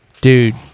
dude